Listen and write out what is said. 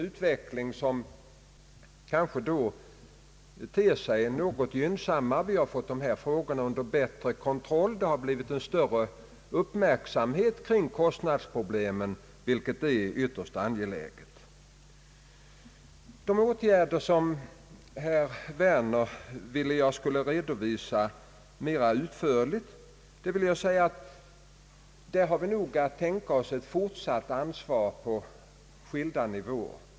Utvecklingen på senare tid ter sig därför något gynnsammare än tidigare. Vi har fått dessa förhållanden under bättre kontroll. Uppmärksamheten har blivit större när det gäller kostnadsproblemen, vilket är ytterst angeläget. Herr Werner ville att jag skulle redovisa vissa åtgärder mer utförligt. Vi har nog att tänka oss ett fortsatt ansvar på skilda nivåer.